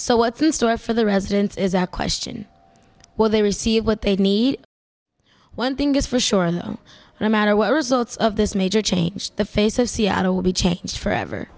so what's in store for the residents is a question well they receive what they need one thing is for sure on a matter where results of this major change the face of seattle will be changed forever